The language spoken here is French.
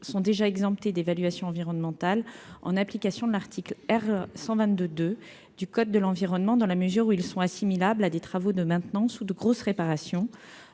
sont déjà exemptés d'évaluation environnementale, en application de l'article R. 122-2 du code de l'environnement, dans la mesure où ils sont assimilables à des travaux de maintenance ou de grosses réparations.